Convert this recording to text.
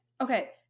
Okay